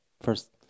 first